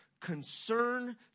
concern